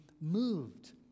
moved